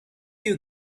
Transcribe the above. you